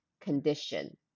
condition